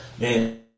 Man